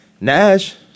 Nash